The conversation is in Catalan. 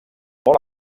molt